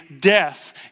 death